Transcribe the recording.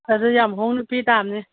ꯑꯗꯨ ꯌꯥꯝ ꯍꯣꯡꯅ ꯄꯤ ꯇꯥꯕꯅꯤ